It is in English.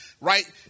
right